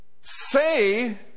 Say